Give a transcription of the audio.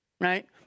Right